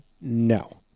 No